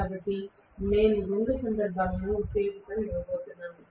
కాబట్టి నేను రెండు సందర్భాల్లోనూ ఉత్తేజాన్ని ఇవ్వబోతున్నాను